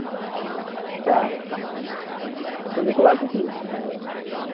अच्छा कतहु निकलल छी की